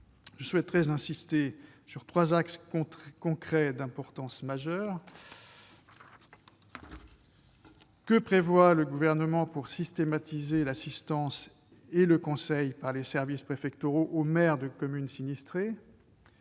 Je souhaiterais insister sur trois axes d'action concrets, d'importance majeure. Que prévoit le Gouvernement pour systématiser l'assistance et le conseil, par les services préfectoraux, aux maires de communes sinistrées ?